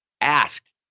asked